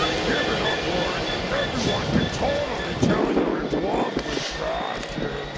give it up, orange. everyone can totally tell you're in wuv with passion.